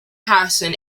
harrison